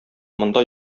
монда